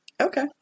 okay